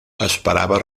esperava